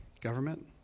government